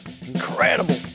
incredible